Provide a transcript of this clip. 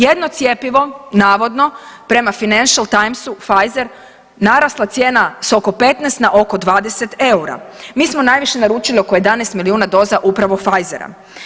Jedno cjepivo navodno prema Financial Timsu Pfizer narasla cijena s oko 15 na oko 20 eura, mi smo najviše naručili oko 11 milijuna doza upravo Pfizer.